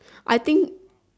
I think